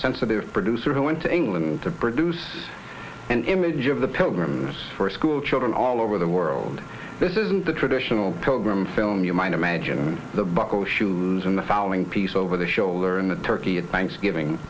sensitive producer who went to england to produce an image of the pilgrims for schoolchildren all over the world this isn't the traditional program film you might imagine the buckle shoes in the fowling piece over the shoulder in the turkey at thanksgiving